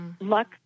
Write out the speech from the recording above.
luck